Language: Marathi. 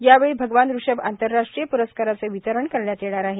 यावेळी भगवान ऋषभ आंतरराष्ट्रीय प्रस्काराचे वितरण करण्यात येणार आहे